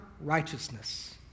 righteousness